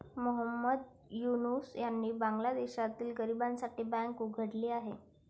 मोहम्मद युनूस यांनी बांगलादेशातील गरिबांसाठी बँक उघडली आहे